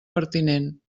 pertinent